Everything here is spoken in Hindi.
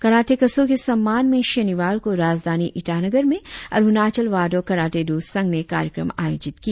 कराटेकसों के सम्मान में शनिवार को राजधानी ईटानगर में अरुणाचल वाडो कराटे डू संघ ने एक कार्यक्रम आयोजित किया